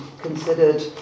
considered